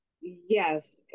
Yes